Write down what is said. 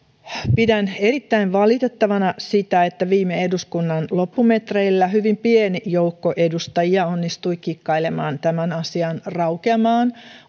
pidän erittäin valitettavana sitä että viime eduskunnan loppumetreillä hyvin pieni joukko edustajia onnistui kikkailemaan tämän asian raukeamaan